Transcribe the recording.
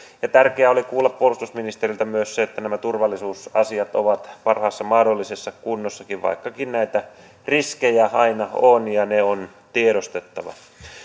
ja tärkeää oli kuulla puolustusministeriltä myös se että nämä turvallisuusasiat ovat parhaassa mahdollisessa kunnossa vaikkakin näitä riskejä aina on ja ne on tiedostettava